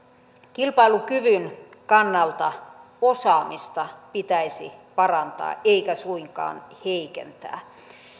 kilpailukyvyn kannalta osaamista pitäisi parantaa eikä suinkaan heikentää